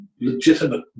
legitimate